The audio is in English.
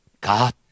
God